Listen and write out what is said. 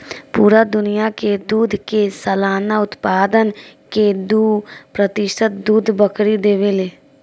पूरा दुनिया के दूध के सालाना उत्पादन के दू प्रतिशत दूध बकरी देवे ले